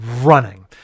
running